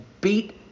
beat